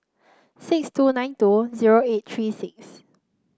six two nine two zero eight three six